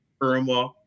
Irma